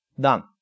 Done